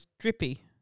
Drippy